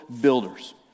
builders